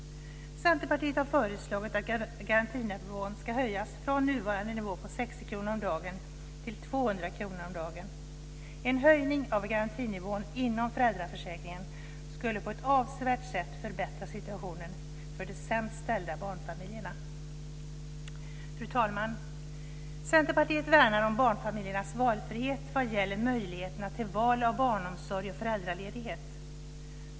Centerpartiet har föreslagit att garantinivån ska höjas från nuvarande nivå på 60 kr om dagen till 200 kr om dagen. En höjning av garantinivån inom föräldraförsäkringen skulle på ett avsevärt sätt förbättra situationen för de sämst ställda barnfamiljerna. Fru talman! Centerpartiet värnar om barnfamiljernas valfrihet vad gäller möjligheterna till val av barnomsorg och föräldraledighet.